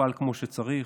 טופל כמו שצריך.